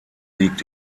liegt